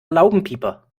laubenpieper